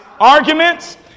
arguments